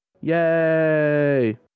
Yay